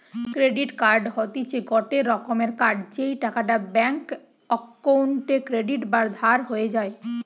credit card হতিছে গটে রকমের কার্ড যেই টাকাটা ব্যাঙ্ক অক্কোউন্টে ক্রেডিট বা ধার হয়ে যায়